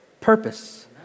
purpose